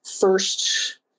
first